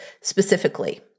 specifically